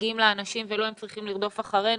מגיעים לאנשים ולא הם צריכים לרדוף אחרינו,